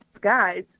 guys